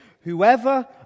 Whoever